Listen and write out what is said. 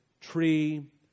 tree